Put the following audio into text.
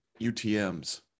UTMs